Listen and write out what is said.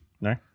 No